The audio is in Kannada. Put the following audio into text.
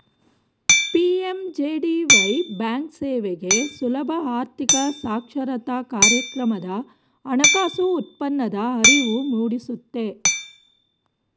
ಪಿ.ಎಂ.ಜೆ.ಡಿ.ವೈ ಬ್ಯಾಂಕ್ಸೇವೆಗೆ ಸುಲಭ ಆರ್ಥಿಕ ಸಾಕ್ಷರತಾ ಕಾರ್ಯಕ್ರಮದ ಹಣಕಾಸು ಉತ್ಪನ್ನದ ಅರಿವು ಮೂಡಿಸುತ್ತೆ